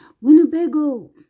Winnebago